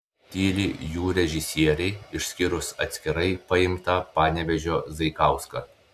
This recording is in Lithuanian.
tyli jų režisieriai išskyrus atskirai paimtą panevėžio zaikauską